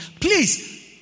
please